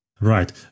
Right